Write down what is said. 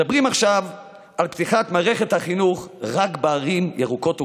מדברים עכשיו על פתיחת מערכת החינוך רק בערים ירוקות וכתומות,